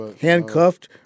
handcuffed